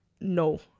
no